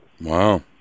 Wow